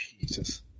Jesus